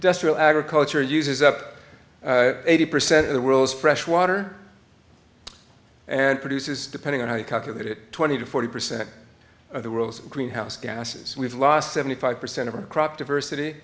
to agriculture uses up eighty percent of the world's fresh water and produces depending on how you calculate it twenty to forty percent of the world's greenhouse gases we've lost seventy five percent of our crop diversity